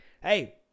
Hey